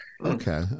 okay